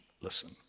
listen